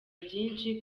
byinshi